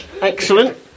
Excellent